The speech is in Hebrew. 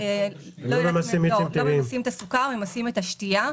לא ממסים את הסוכר, ממסים את השתייה.